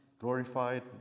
Glorified